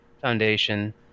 Foundation